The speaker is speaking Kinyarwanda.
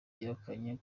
yahakanye